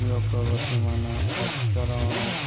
ପ୍ରିୟ ପ୍ରଗତିମାନ ଆଚରଣ